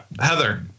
Heather